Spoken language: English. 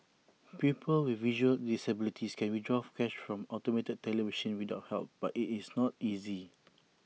people with visual disabilities can withdraw cash from automated teller machines without help but IT is not easy